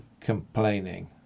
complaining